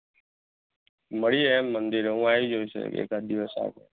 મળીએ એમ મંદિરે હું આવી જઈશ એકાદ દિવસ આગળ